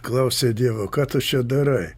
klausė dievo ką tu čia darai